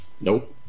Nope